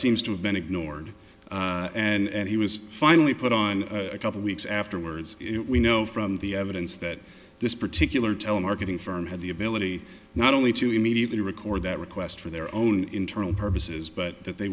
seems to have been ignored and he was finally put on a couple weeks afterwards we know from the evidence that this particular telemarketing firm had the ability not only to immediately record that request for their own internal purposes but that they